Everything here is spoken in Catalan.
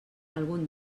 algun